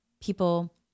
people